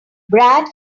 brad